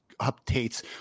Updates